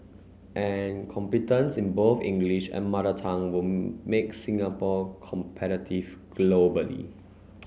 and competence in both English and Mother Tongue will make Singapore competitive globally